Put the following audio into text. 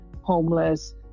homeless